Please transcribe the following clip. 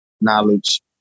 knowledge